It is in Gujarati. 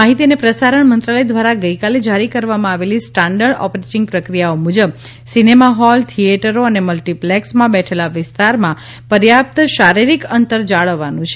માહિતી અને પ્રસારણ મંત્રાલય દ્વારા ગઈકાલે જારી કરવામાં આવેલી સ્ટાન્ડર્ડ ઑપરેટિંગ પ્રક્રિયાઓ મુજબ સિનેમા હૉલ થિચેટરો અને મલ્ટીપ્લેક્સમાં બેઠેલા વિસ્તારમાં પર્યાપ્ત શારીરિક અંતર જાળવવાનું છે